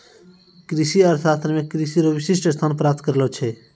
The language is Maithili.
कृषि अर्थशास्त्र मे कृषि रो विशिष्ट स्थान प्राप्त करलो छै